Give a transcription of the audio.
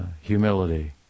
humility